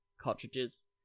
Cartridges